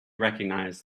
recognize